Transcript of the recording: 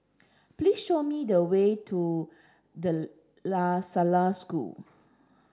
please show me the way to De La Salle School